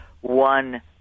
one